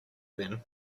then